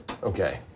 Okay